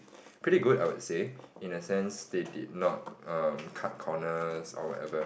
pretty good I would say in a sense they did not um cut corners or whatever